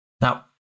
Now